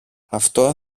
αυτό